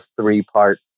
three-part